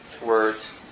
words